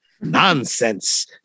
nonsense